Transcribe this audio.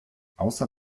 außer